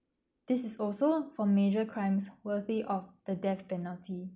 this is also for major crimes worthy of the death penalty